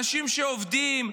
אנשים שעובדים,